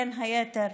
בין היתר,